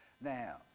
now